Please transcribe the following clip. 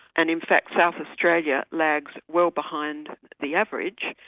and in fact south australia lags well behind the average.